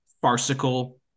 farcical